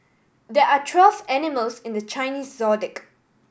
there are twelve animals in the Chinese Zodiac